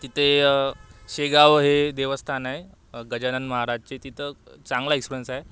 तिथे शेगाव हे देवस्थान आहे गजानन महाराजचे तिथं चांगला एक्सपिरियन्स आहे